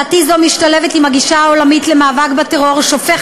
הצעתי זו משתלבת בגישה העולמית למאבק בטרור השופך